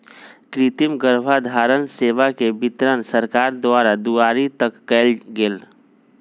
कृतिम गर्भधारण सेवा के वितरण सरकार द्वारा दुआरी तक कएल गेल